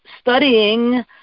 studying